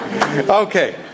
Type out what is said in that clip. Okay